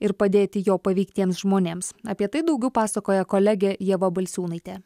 ir padėti jo paveiktiems žmonėms apie tai daugiau pasakoja kolegė ieva balsiūnaitė